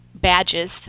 badges